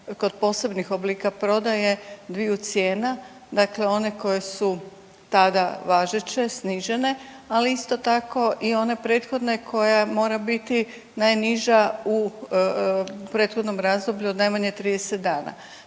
kod posebnih oblika prodaje dviju cijena, dakle one koje su tada važeće snižene, ali isto tako i one prethodne koja mora biti najniža u prethodnom razdoblju od najmanje 30 dana.